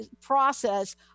process